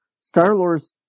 Star-Lord's